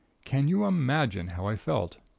can you imagine how i felt?